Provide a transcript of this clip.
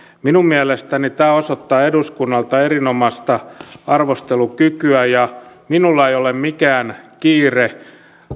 minun mielestäni tämä osoittaa eduskunnalta erinomaista arvostelukykyä ja minulla ei ole mikään kiire